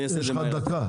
יש לך דקה.